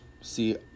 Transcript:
see